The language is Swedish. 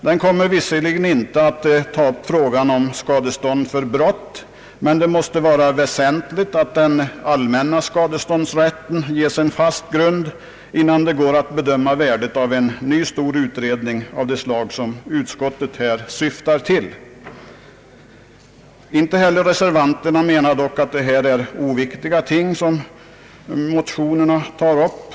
Den kommer visserligen inte att behandla frågan om skadestånd för brott, men det är väsentligt att den allmänna skadeståndsrätten får en fast grund, innan man kan bedöma värdet av en ny stor utredning av det slag som utskottet här syftar till. Inte heller reservanterna menar dock att det är oviktiga ting som motionerna tar upp.